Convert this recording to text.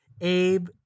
Abe